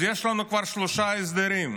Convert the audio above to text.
אז יש לנו כבר שלושה ההסדרים.